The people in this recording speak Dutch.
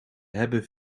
hebben